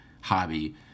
hobby